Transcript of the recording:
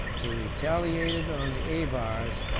he retaliated on the avars,